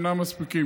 אינן מספיקות.